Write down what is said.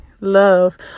love